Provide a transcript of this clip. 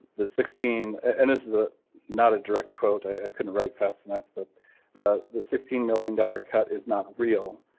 the sixteen and this is ah not a direct quote i i couldn't write fast enough, but the sixteen million dollars cut is not real.